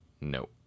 no